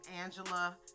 Angela